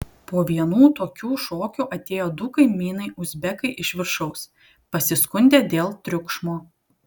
po vienų tokių šokių atėjo du kaimynai uzbekai iš viršaus pasiskundė dėl triukšmo